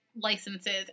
licenses